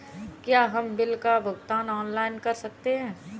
क्या हम बिल का भुगतान ऑनलाइन कर सकते हैं?